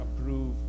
approved